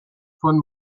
von